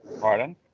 Pardon